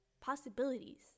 possibilities